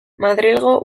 madrilgo